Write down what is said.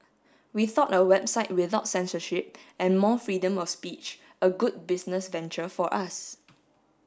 we thought a website without censorship and more freedom of speech a good business venture for us